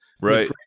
right